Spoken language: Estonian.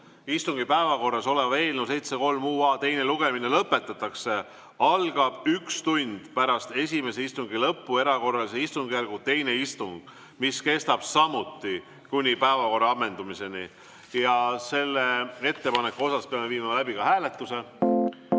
istungi päevakorras oleva eelnõu 703 teine lugemine lõpetatakse, algab üks tund pärast esimese istungi lõppu erakorralise istungjärgu teine istung, mis kestab samuti kuni päevakorra ammendumiseni. Selle ettepaneku kohta peame viima läbi ka hääletuse.